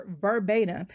verbatim